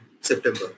September